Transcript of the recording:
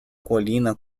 colina